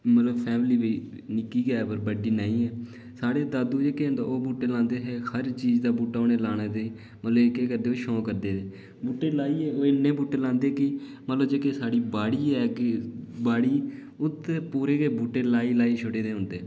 निक्की गै ऐ मतलब बड़ी नेईं साढ़े दादू जेह्के न ओह् बूह्टे लादें न हर इक चीज़ दा बूह्टा उ'नें लाना ते केह् करदे हे ओह् शौक करदे हे बूहटे लाइयै इन्ने बूहटे लादें हे कि जेह्की साढ़ी बाड़ी ऐ इक बाड़ी उत्थै पूरे गै बूह्टे लाई लाई छो़ड़े दे हुंदे